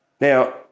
Now